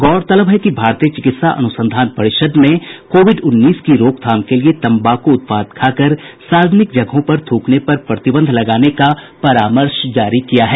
गौरतलब है कि भारतीय चिकित्सा अनुसंधान परिषद ने कोविड उन्नीस की रोकथाम के लिए तंबाकू उत्पाद खाकर सार्वजनिक जगहों पर थ्रकने पर प्रतिबंध लगाने का परामर्श जारी किया था